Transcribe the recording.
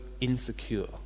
insecure